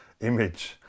image